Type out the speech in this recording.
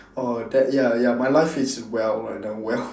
orh that ya ya my life is well right now well